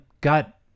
got